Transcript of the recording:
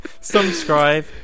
Subscribe